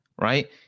right